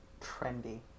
Trendy